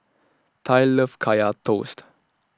Tai loves Kaya Toast